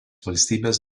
valstybės